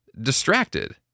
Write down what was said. distracted